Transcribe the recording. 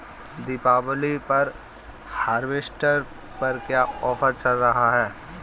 दीपावली पर हार्वेस्टर पर क्या ऑफर चल रहा है?